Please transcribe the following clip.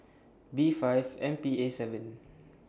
B five M P A seven